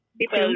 People